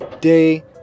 day